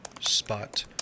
spot